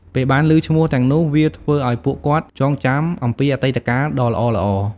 ពេលបានឮឈ្មោះទាំងនោះ វាធ្វើឲ្យពួកគាត់ចងចាំអំពីអតីតកាលដ៏ល្អៗ។